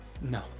No